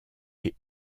est